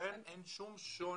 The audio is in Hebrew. ולכן אין שום שוני.